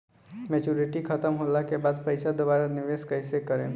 Maturity खतम होला के बाद पईसा दोबारा निवेश कइसे करेम?